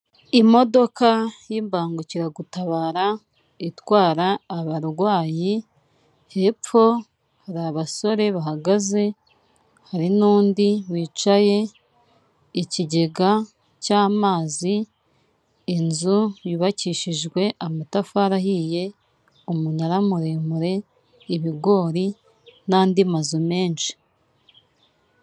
Imodoka y'imbangukiragutabara itwara abarwayi, hepfo hari abasore bahagaze, hari n'undi wicaye, ikigega cy'amazi, inzu yubakishijwe amatafari ahiye, umunara muremure, ibigori n'andi mazu menshi.